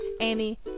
Amy